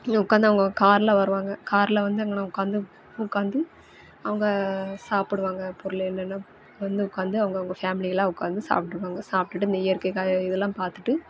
இங்கே உட்காந்து அவங்க காரில் வருவாங்க காரில் வந்து எங்கேனா உட்காந்து உட்காந்து அவங்க சாப்பிடுவாங்க பொருளை என்னென்னா வந்து உட்காந்து அவங்கவுங்க ஃபேமிலி எல்லாம் உட்காந்து சாப்பிடுவாங்க சாப்பிட்டுட்டு இந்த இயற்கை கா இதெல்லாம் பார்த்துட்டு